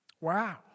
Wow